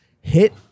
hit